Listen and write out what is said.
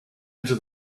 into